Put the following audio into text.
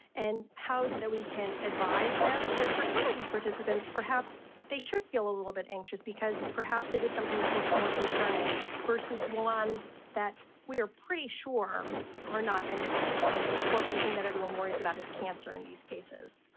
and how is it that we can advise them? because for some of these participants perhaps they should be a little bit anxious because perhaps it is something that looks more concerning versus ones that we are pretty sure are not anything. and of course the thing that everyone worries about is cancer in these cases.